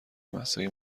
مساعی